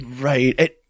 Right